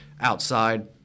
outside